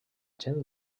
gent